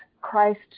Christ